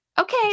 okay